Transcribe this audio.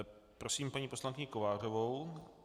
Prosím, paní poslankyni Kovářovou.